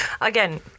again